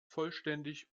vollständig